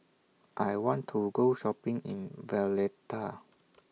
I want to Go Shopping in Valletta